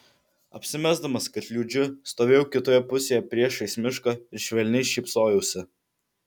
apsimesdamas kad liūdžiu stovėjau kitoje pusėje priešais mišką ir švelniai šypsojausi